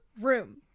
room